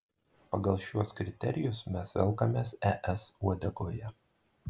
pagal šiuos kriterijus mes velkamės es uodegoje